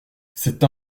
cette